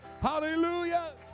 Hallelujah